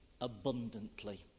abundantly